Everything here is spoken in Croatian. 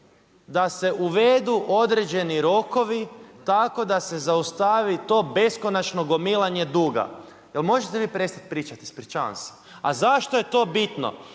da se uvedu određeni rokovi tako da se zaustavi to beskonačno gomilanje duga, jer možete vi prestat pričat, ispričavam se. A zašto je to bitno?